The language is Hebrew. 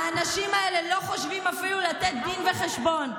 האנשים האלה לא חושבים אפילו לתת דין וחשבון.